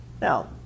Now